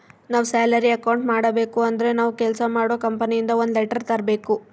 ನಾವ್ salary account ಮಾಡಬೇಕು ಅಂದ್ರೆ ನಾವು ಕೆಲ್ಸ ಮಾಡೋ ಕಂಪನಿ ಇಂದ ಒಂದ್ ಲೆಟರ್ ತರ್ಬೇಕು